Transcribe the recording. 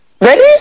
Ready